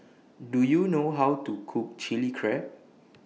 Do YOU know How to Cook Chilli Crab